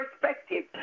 perspective